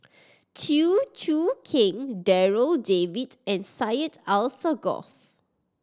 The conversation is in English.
Chew Choo Keng Darryl David and Syed Alsagoff